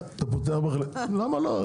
למה לא?